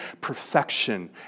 perfection